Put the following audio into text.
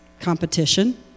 competition